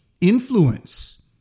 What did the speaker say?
influence